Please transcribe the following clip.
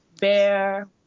bear